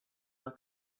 una